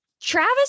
Travis